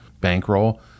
bankroll